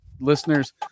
listeners